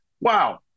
Wow